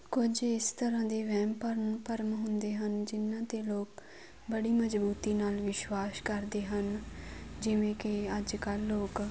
ਕੁਝ ਇਸ ਤਰ੍ਹਾਂ ਦੇ ਵਹਿਮ ਭਰਮ ਭਰਮ ਹੁੰਦੇ ਹਨ ਜਿਨ੍ਹਾਂ 'ਤੇ ਲੋਕ ਬੜੀ ਮਜ਼ਬੂਤੀ ਨਾਲ ਵਿਸ਼ਵਾਸ ਕਰਦੇ ਹਨ ਜਿਵੇਂ ਕਿ ਅੱਜ ਕੱਲ੍ਹ ਲੋਕ